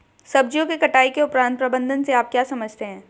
सब्जियों के कटाई उपरांत प्रबंधन से आप क्या समझते हैं?